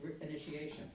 initiation